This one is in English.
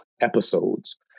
episodes